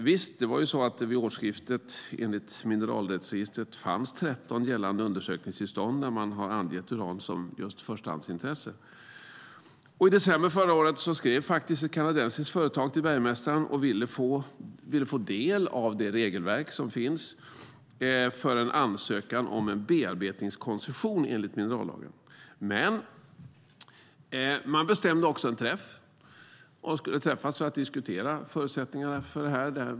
Visst fanns det vid årsskiftet enligt mineralrättsregistret 13 gällande undersökningstillstånd där uran har angetts som förstahandsintresse. I december förra året skrev ett kanadensiskt företag till bergmästaren och ville få del av det regelverk som finns för en ansökan om en bearbetningskoncession enligt minerallagen. Man bestämde också en träff för att diskutera förutsättningarna.